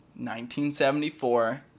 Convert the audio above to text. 1974